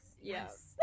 Yes